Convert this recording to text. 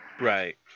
Right